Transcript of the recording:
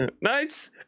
Nice